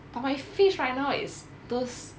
but my fish right now is those